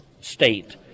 state